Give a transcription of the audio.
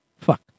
Fuck